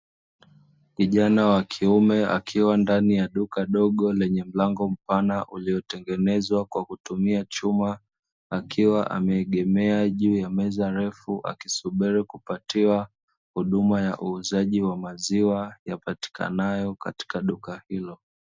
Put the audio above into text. Kijana wa kiume akiwa ndani ya duka dogo lenye mlango mpana uliotengenezwa kwa kutumia chuma, akiwa ameegemea juu ya meza refu akisubiri kupatiwa huduma ya uuzaji wa maziwa, yapatikanayo katika duka hilo.